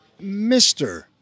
Mr